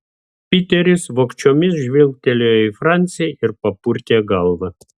piteris vogčiomis žvilgtelėjo į francį ir papurtė galvą